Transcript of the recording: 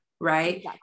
Right